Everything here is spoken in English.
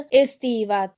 estiva